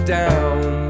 down